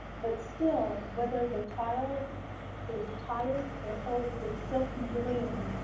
but still whether the tile is tired or old, it still can gleam.